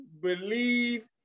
believe